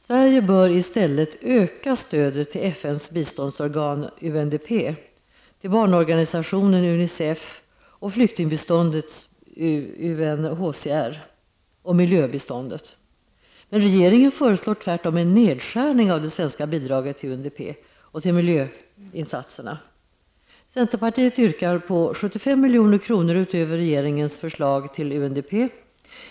Sverige bör i stället öka stödet till FNs biståndsorgan UNDP, barnorganisationen Unicef och flyktingbiståndsorganet UNHCR samt miljöbiståndet. Regeringen föreslår tvärtom en nedskärning av det svenska bidraget till UNDP och miljösatsningarna. Centerpartiet yrkar på 75 milj.kr. utöver regeringens förslag till UNDP.